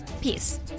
peace